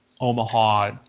Omaha